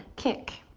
kick.